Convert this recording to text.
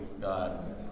god